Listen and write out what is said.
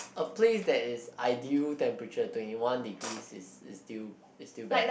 a place that is ideal temperature twenty one degrees is is still is still best